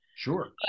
Sure